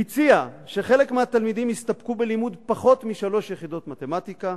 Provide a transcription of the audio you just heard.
הוא הציע שחלק מהתלמידים יסתפקו בלימוד פחות משלוש יחידות מתמטיקה,